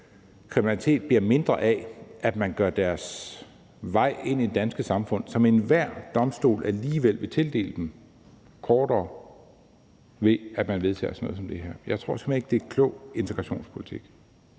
kriminalitet, bliver mindre af, at man gør deres vej ind i det danske samfund længere – enhver domstol vil alligevel tildele dem opholdstilladelse – ved at man vedtager sådan noget som det her. Jeg tror simpelt hen ikke, at det er klog integrationspolitik.